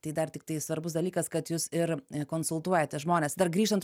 tai dar tiktai svarbus dalykas kad jūs ir konsultuojate žmones dar grįžtant